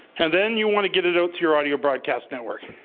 and then you want to get it out to your audio broadcast network,